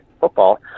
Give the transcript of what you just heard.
football